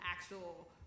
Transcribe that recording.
actual